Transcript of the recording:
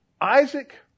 Isaac